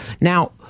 Now